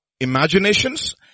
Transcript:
imaginations